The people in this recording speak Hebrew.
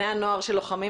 בנושאים